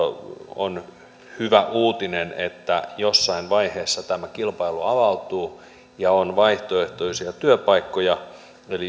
hyvä uutinen että jossain vaiheessa tämä kilpailu avautuu ja on vaihtoehtoisia työpaikkoja